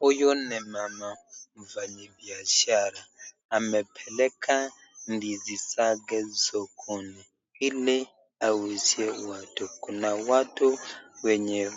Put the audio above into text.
Huyu ni mama mfanyi biashara amepeleka ndizi zake sokoni ili auzie watu . Kuna watu wenye